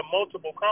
multiple